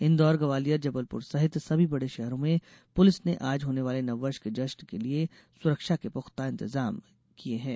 इन्दौर ग्वालियर जबलपुर सहित सभी बड़े शहरों में पुलिस ने आज होने वाले नववर्ष के जश्न के लिए सुरक्षा के पुख्ता इंतजात किये गये हैं